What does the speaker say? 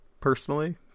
personally